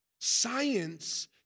Science